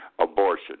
Abortion